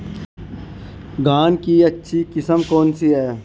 धान की अच्छी किस्म कौन सी है?